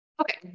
Okay